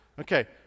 Okay